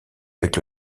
avec